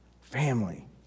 Family